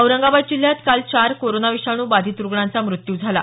औरंगाबाद जिल्ह्यात काल चार कोरोना विषाणू बाधित रुग्णांचा मृत्यू झाला